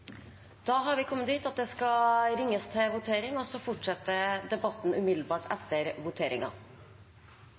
Da er vi kommet dit at det skal ringes til votering, og så fortsetter debatten umiddelbart etter